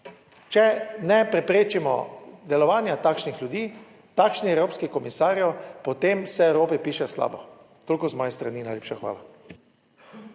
Če ne preprečimo delovanja takšnih ljudi, takšnih evropskih komisarjev, potem se Evropi piše slabo. Toliko z moje strani. Najlepša hvala.